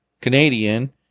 Canadian